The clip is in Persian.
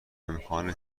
امکان